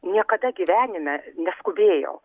niekada gyvenime neskubėjau